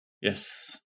Yes